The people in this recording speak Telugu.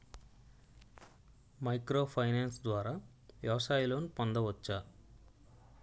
మైక్రో ఫైనాన్స్ ద్వారా వ్యవసాయ లోన్ పొందవచ్చా?